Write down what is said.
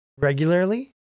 regularly